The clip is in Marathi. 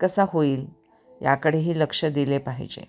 कसा होईल याकडेही लक्ष दिले पाहिजे